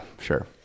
sure